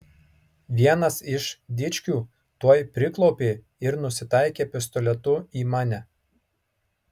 vienas iš dičkių tuoj priklaupė ir nusitaikė pistoletu į mane